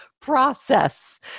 process